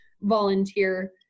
volunteer